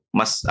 mas